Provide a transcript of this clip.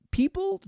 people